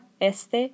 Este